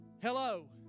Hello